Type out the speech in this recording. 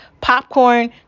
Popcorn